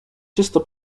czysto